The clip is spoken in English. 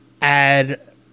add